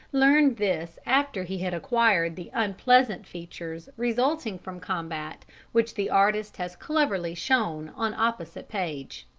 learned this after he had acquired the unpleasant features resulting from combat which the artist has cleverly shown on opposite page.